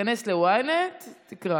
תיכנס ל-ynet, תקרא.